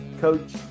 coach